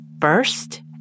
first